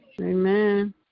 Amen